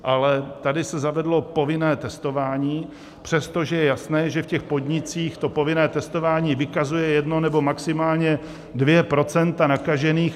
Ale tady se zavedlo povinné testování, přestože je jasné, že v podnicích povinné testování vykazuje 1 nebo maximálně 2 % nakažených.